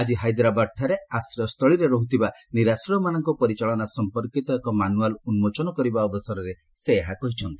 ଆଜି ହାଇଦ୍ରାବାଦ୍ଠାରେ ଆଶ୍ରୟସ୍ଥଳୀରେ ରହ୍ତ୍ସବା ନିରାଶ୍ରୟମାନଙ୍କ ପରିଚାଳନା ସମ୍ପର୍କିତ ଏକ ମାନୁଆଲ୍ ଉନ୍କୋଚନ କରିବା ଅବସରରେ ସେ ଏହା କହିଛନ୍ତି